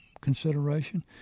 consideration